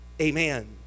amen